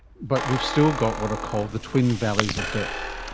but we've still got what are called the twin valleys of death.